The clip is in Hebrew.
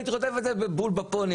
הייתי חוטף את זה בול בפוני,